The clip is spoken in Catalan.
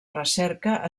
recerca